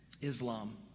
Islam